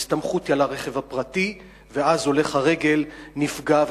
ההסתמכות היא על הרכב הפרטי, ואז הולך הרגל נפגע.